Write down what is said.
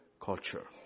Culture